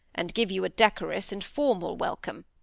and give you a decorous and formal welcome.